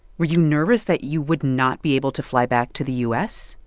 were you nervous that you would not be able to fly back to the u s?